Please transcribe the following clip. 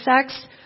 sex